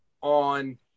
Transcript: on